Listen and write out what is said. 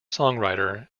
songwriter